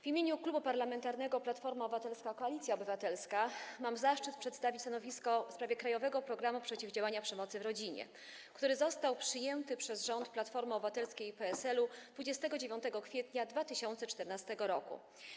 W imieniu Klubu Parlamentarnego Platforma Obywatelska - Koalicja Obywatelska mam zaszczyt przedstawić stanowisko w sprawie „Krajowego programu przeciwdziałania przemocy w Rodzinie”, który został przyjęty przez rząd Platformy Obywatelskiej i PSL-u 29 kwietnia 2014 r.